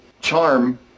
charm